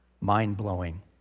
mind-blowing